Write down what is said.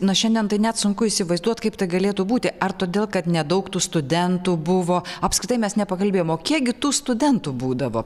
na šiandien tai net sunku įsivaizduot kaip tai galėtų būti ar todėl kad nedaug tų studentų buvo apskritai mes nepakalbėjom o kiek gi tų studentų būdavo